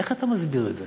איך אתה מסביר את זה?